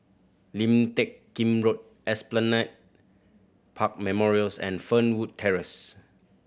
Lim Teck Kim Road Esplanade Park Memorials and Fernwood Terrace